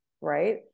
right